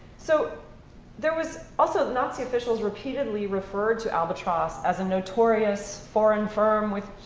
so there was also nazi officials repeatedly referred to albatross as a notorious foreign firm with,